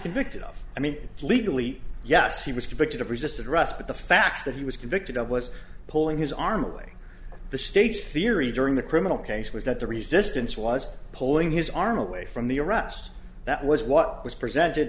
convicted of i mean legally yes he was convicted of resisted arrest but the facts that he was convicted of was pulling his arm away the state's theory during the criminal case was that the resistance was pulling his arm away from the arrest that was what was presented